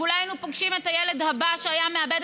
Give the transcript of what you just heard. ואולי היינו פוגשים את הילד הבא שהיה מאבד